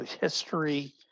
history